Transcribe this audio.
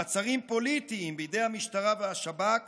מעצרים פוליטיים בידי המשטרה והשב"כ